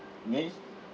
me